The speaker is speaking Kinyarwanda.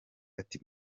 ati